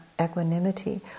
equanimity